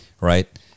right